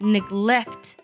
Neglect